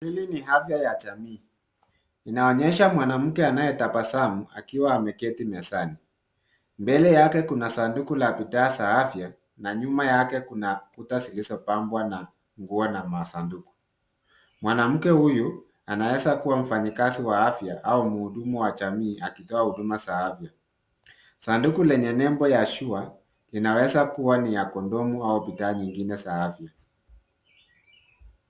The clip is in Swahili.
Hili ni afya ya jamii. Inaonyesha mwanamke anayetabasamu akiwa ameketi mezani. Mbele yake kuna sanduku la bidhaa za afya na nyuma yake kuna kuta zilizopambwa na nguo na masanduku. Mwanamke huyu anaweza kuwa mfanyikazi wa afya au mhudumu wa jamii akitoa huduma za afya. Sanduku lenye nembo ya sure linaweza kuwa ni ya kondomu au bidhaa nyingine za afya.